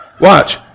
Watch